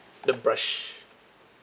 the brush